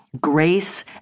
grace